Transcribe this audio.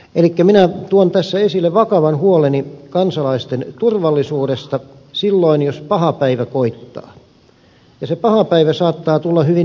elikkä minä tuon tässä esille vakavan huoleni kansalaisten turvallisuudesta silloin jos paha päivä koittaa ja se paha päivä saattaa tulla hyvin yllättäen